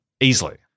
easily